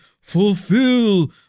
fulfill